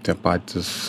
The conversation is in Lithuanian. tie patys